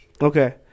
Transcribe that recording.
Okay